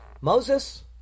Moses